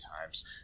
times